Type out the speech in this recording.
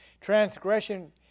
Transgression